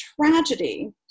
tragedy